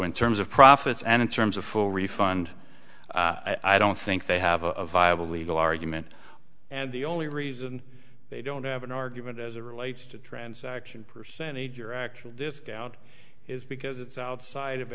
in terms of profits and in terms of full refund i don't think they have a viable legal argument and the only reason they don't have an argument as a relates to transaction percentage or actual discount is because it's outside of